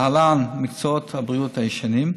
מקצועות הבריאות הישנים,